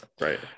right